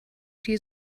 die